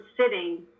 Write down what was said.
sitting